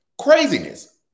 Craziness